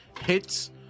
hits